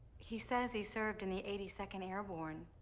he says he served in the eighty second airborne.